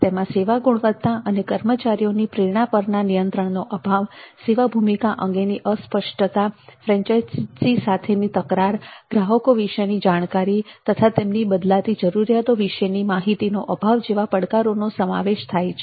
તેમાં સેવા ગુણવત્તા અને કર્મચારીઓની પ્રેરણા પરના નિયંત્રણોનો અભાવ સેવા ભૂમિકા અંગેની અસ્પષ્ટતા ફ્રેન્ચાઇઝી સાથેની તકરાર ગ્રાહકો વિશેની જાણકારી તથા તેમની બદલાતી જરૂરિયાતો વિશેની માહિતીના અભાવ જેવા પડકારો નો સમાવેશ થાય છે